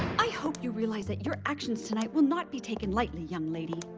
i hope you realize that your actions tonight will not be taken lightly, young lady.